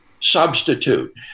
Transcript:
substitute